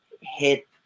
hit